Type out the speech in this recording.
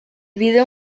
video